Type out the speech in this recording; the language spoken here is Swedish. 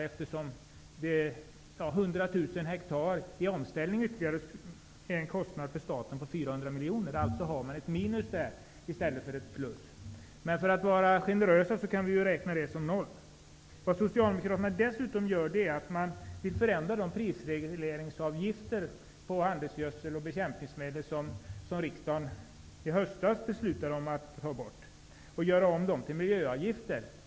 100 000 hektar ytterligare i omställning är en kostnad för staten på 400 miljoner kronor. Man får alltså ett minus där i stället för ett plus. Men för att vara generösa kan vi räkna det som noll. Dessutom vill Socialdemokraterna förändra de prisregleringsavgifter på handelsgödsel och bekämpningsmedel som riksdagen beslutade om att ta bort i höstas. De vill göra om dem till miljöavgifter.